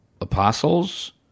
apostles